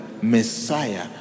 Messiah